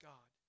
God